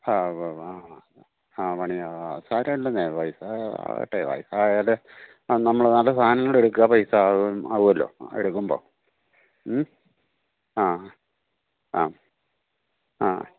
ഹാ ഉവ്വാ ഉവ്വാ ആ ഹാ അ ആ പണിയാം ആ സാരമില്ലെന്നെ പൈസ ആകട്ടെ പൈസ ആയാല് നമ്മള് നല്ല സാനങ്ങളെടുക്കുക പൈസ ആകും ആകൂമല്ലോ എടുക്കുമ്പോള് മ്മ് ആ അ അ